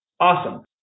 Awesome